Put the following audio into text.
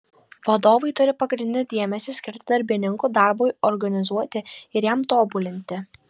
vadovai turi pagrindinį dėmesį skirti darbininkų darbui organizuoti ir jam tobulinti